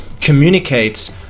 communicates